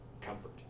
comfort